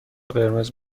قرمز